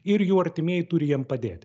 ir jų artimieji turi jiem padėti